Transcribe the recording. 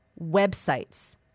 websites